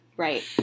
right